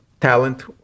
talent